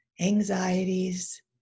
anxieties